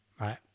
Right